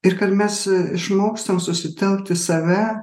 ir kad mes išmokstam susitelkt į save